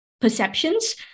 perceptions